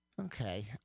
Okay